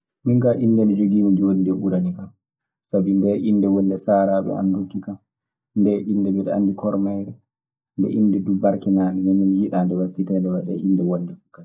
Min kaa inde nde njogii mi jooni ndee ɓurani kan. Sabi ndee inde woni nde saaraaɓe an ndokki kan. Ndee inde miɗe anndi koro mayre. Nde inde duu barkinaande. Ndeen non mi yiɗa nde waklitee nde waɗee inde wonde, kaseŋ.